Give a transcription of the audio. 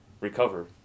recover